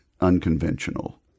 unconventional